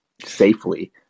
safely